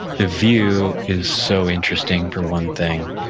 the view is so interesting for one thing.